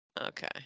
Okay